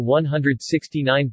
£169